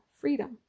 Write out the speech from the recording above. freedom